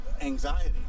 anxiety